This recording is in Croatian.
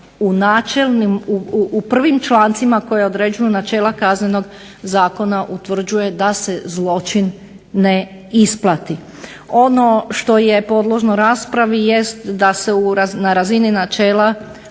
u prvim člancima koje određuje načela kaznenog zakona utvrđuje da se zločin ne isplati. Ono što je podložno raspravi jest da se na razini načela